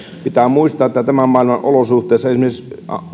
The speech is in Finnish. pitää muistaa että tämän maailman olosuhteissa esimerkiksi